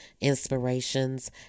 inspirations